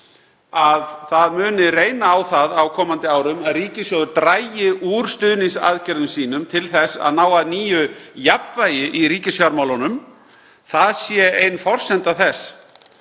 að það muni reyna á það á komandi árum að ríkissjóður dragi úr stuðningsaðgerðum sínum til þess að ná að nýju jafnvægi í ríkisfjármálunum, það sé ein forsenda þess